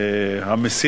הצעה מס'